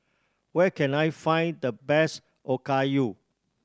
where can I find the best Okayu